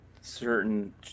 certain